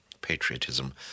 patriotism